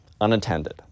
unattended